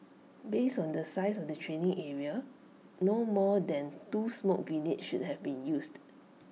based on the size of the training area no more than two smoke grenades should have been used